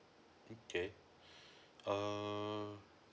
okay err